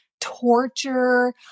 torture